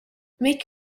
make